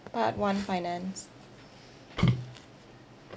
part one finance